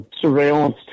surveillance